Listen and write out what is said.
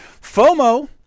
FOMO